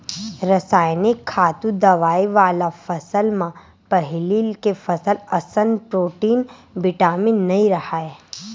रसइनिक खातू, दवई वाला फसल म पहिली के फसल असन प्रोटीन, बिटामिन नइ राहय